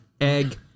egg